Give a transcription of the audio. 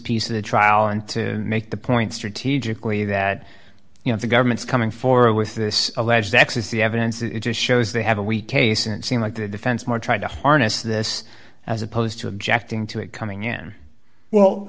piece of the trial and to make the point strategically that you know the government's coming forward with this alleged nexus the evidence it just shows they have a weak case and seem like the defense more trying to harness this as opposed to objecting to it coming in well